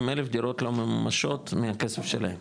עם אלף דירות לא ממומשות מהכסף שלהם.